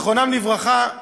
זיכרונם לברכה,